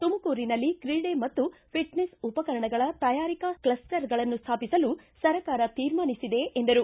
ತುಮಕೂರಿನಲ್ಲಿ ಕ್ರೀಡೆ ಮತ್ತು ಫಿಟ್ನೆಸ್ ಉಪಕರಣಗಳ ತಯಾರಿಕಾ ಕ್ಷಸ್ಪರ್ಗಳನ್ನು ಸ್ವಾಪಿಸಲು ಸರ್ಕಾರ ತೀರ್ಮಾನಿಸಿದೆ ಎಂದರು